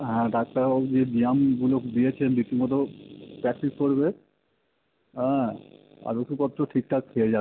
হ্যাঁ ডাক্তারবাবু যে ব্যায়ামগুলো দিয়েছেন রীতিমতো প্র্যাকটিস করবে হ্যাঁ আর ওষুধপত্র ঠিকঠাক খেয়ে যা